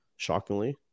shockingly